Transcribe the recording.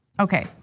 okay,